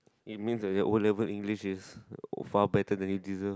it means that your O-level English is far better then you deserved